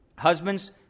Husbands